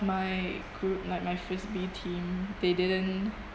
my crew like my frisbee team they didn't